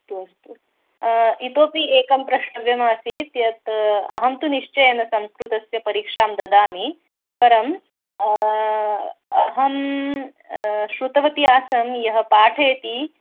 अस्तु अस्तु इतोपि एकं प्रष्टव्यमासीत् यत् अहं तु निश्चयेन संस्कृतस्य परीक्षां ददामि परम् अहं श्रुतवती आसं यः पाठयति